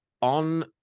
on